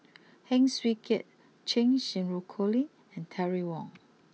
Heng Swee Keat Cheng Xinru Colin and Terry Wong